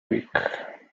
week